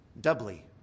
doubly